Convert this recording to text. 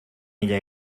ella